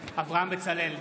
אברהם בצלאל,